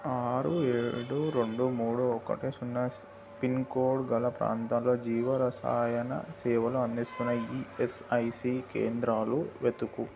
ఆరు ఏడు రెండు మూడు ఒకటి సున్నా పిన్కోడ్ గల ప్రాంతంలో జీవ రసాయన సేవలు అందిస్తున్న ఈఎస్ఐసి కేంద్రాలు వెతుకు